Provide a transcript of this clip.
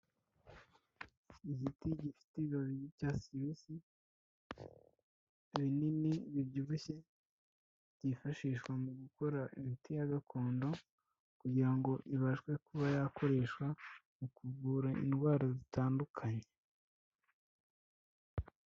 Igiti gifite ibibabi by'icyatsi kibisi, binini, bibyibushye byifashishwa mu gukora imiti ya gakondo kugira ngo ibashe kuba yakoreshwa mu kuvura indwara zitandukanye.